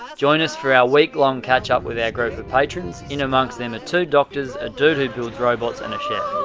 join us for our week-long catch up with a group of patrons. in amongst them are two doctors, a dude who builds robots, and a chef.